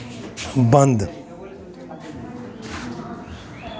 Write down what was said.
बंद